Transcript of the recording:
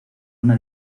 una